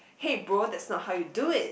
hey bro that's not how you do it